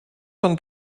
són